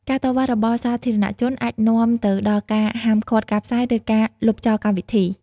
ការតវ៉ារបស់សាធារណៈជនអាចនាំទៅដល់ការហាមឃាត់ការផ្សាយ ឬការលុបចោលកម្មវិធី។